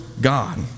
God